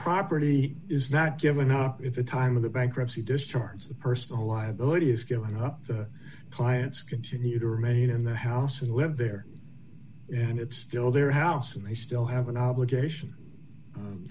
property is not given up at the time of the bankruptcy discharge the personal liability is killing her clients continue to remain in the house and live there and it's still their house and they still have an obligation